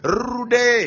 rude